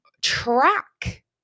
track